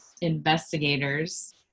investigators